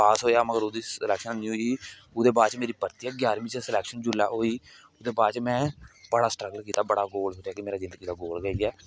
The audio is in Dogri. पास होआ मगर ओहदी स्लैकशन नेई हेई ओहदे बाद ते में परतियै ग्याहरमी च स्लैकशन होई जिसले होई ओहदे बाद च में बड़ा स्ट्रगल कीता बड़ा गोल मेरी जिंगदी दा गोल ही इयौ ऐ